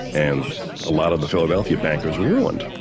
and a lot of the philadelphia bankers were ruined.